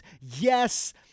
Yes